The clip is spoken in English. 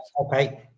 Okay